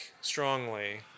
strongly